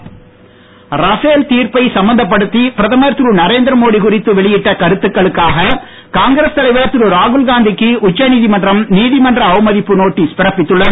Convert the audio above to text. ராகுல் notice Rafale தீர்ப்பை சம்பந்தப்படுத்தி பிரதமர் திரு நரேந்திரமோடி குறித்து வெளியிட்ட கருத்துகளுக்காக காங்கிரஸ் தலைவர் திரு ராகுல்காந்திக்கு உச்சநீதிமன்றம் நீதிமன்ற அவமதிப்பு நோட்டீஸ் பிறப்பித்துள்ளது